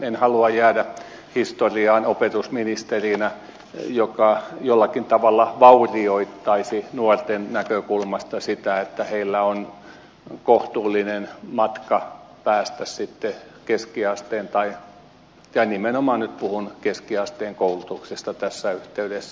en halua jäädä historiaan opetusministerinä joka jollakin tavalla vaurioittaisi nuorten näkökulmasta sitä että heillä on kohtuullinen matka päästä sitten keskiasteen koulutukseen nimenomaan nyt puhun keskiasteen koulutuksesta tässä yhteydessä